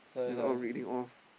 then we all reading off